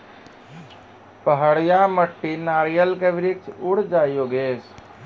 पहाड़िया मिट्टी नारियल के वृक्ष उड़ जाय योगेश?